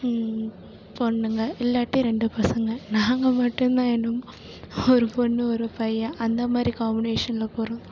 பெண்ணுங்க இல்லாட்டி ரெண்டு பசங்க நாங்கள் மட்டுந்தான் என்னமோ ஒரு பெண்ணு ஒரு பையன் அந்த மாதிரி காம்பினேஷனில் பிறந்தோம்